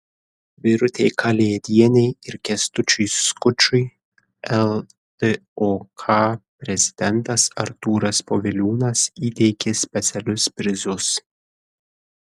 birutei kalėdienei ir kęstučiui skučui ltok prezidentas artūras poviliūnas įteikė specialius prizus